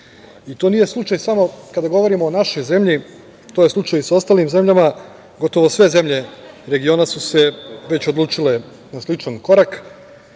nije slučaj samo kada govorimo o našoj zemlji, to je slučaj i sa ostalim zemljama. Gotovo sve zemlje regiona su se već odlučile na sličan korak